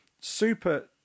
super